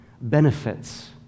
benefits